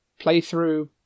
playthrough